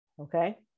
Okay